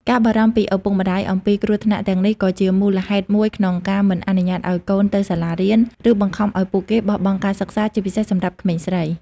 ការបារម្ភពីឪពុកម្តាយអំពីគ្រោះថ្នាក់ទាំងនេះក៏ជាមូលហេតុមួយក្នុងការមិនអនុញ្ញាតឱ្យកូនទៅសាលារៀន ឬបង្ខំឱ្យពួកគេបោះបង់ការសិក្សា ជាពិសេសសម្រាប់ក្មេងស្រី។